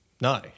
No